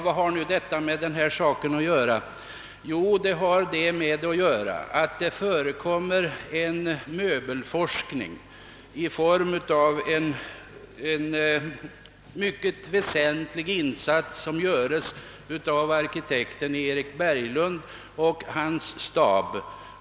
Vad har nu detta med denna sak att göra? Jo, det förekommer en möbelforskning i form av en mycket väsentlig insats som görs av arkitekten Erik Berglund och hans stab.